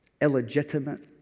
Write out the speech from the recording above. illegitimate